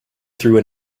through